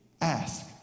ask